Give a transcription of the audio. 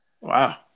Wow